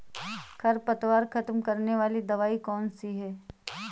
खरपतवार खत्म करने वाली दवाई कौन सी है?